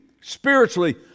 spiritually